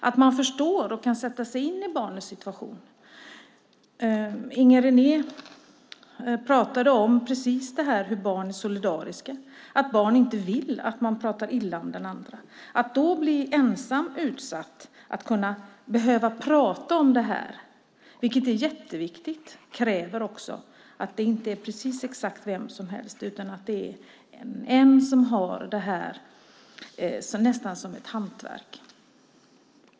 De måste förstå och kunna sätta sig in i barnets situation. Inger René pratade om precis detta - hur barn är solidariska. De vill inte att man pratar illa om den andra. Barnet blir nu ensamt utsatt och behöver prata om det här, vilket är jätteviktigt. Det kräver att det inte är vem som helst som gör det. Det måste vara någon som har detta nästan som ett hantverk.